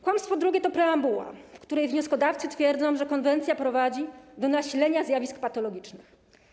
Kłamstwo drugie to preambuła, w której wnioskodawcy twierdzą, że konwencja prowadzi do nasilenia zjawisk patologicznych.